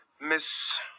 miss